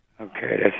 Okay